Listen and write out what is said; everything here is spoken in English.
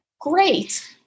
great